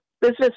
business